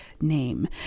name